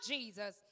Jesus